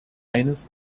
eines